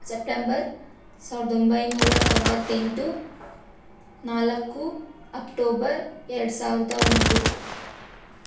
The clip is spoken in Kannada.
ಸೆಪ್ಟೆಂಬರ್ ಸಾವಿರದೊಂಬೈನೂರ ತೊಂಬತ್ತೆಂಟು ನಾಲ್ಕು ಅಕ್ಟೋಬರ್ ಎರಡು ಸಾವಿರದ ಒಂದು